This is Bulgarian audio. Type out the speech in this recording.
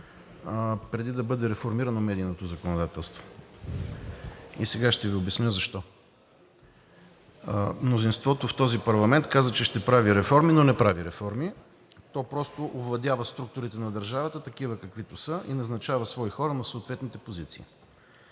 преди да бъде реформирано медийното законодателство. И сега ще Ви обясня защо. Мнозинството в този парламент каза, че ще прави реформи, но не прави реформи, то просто овладява структурите на държавата – такива, каквито са, и назначава свои хора на съответните позиции.